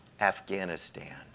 Afghanistan